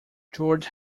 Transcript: george